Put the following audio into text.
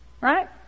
Right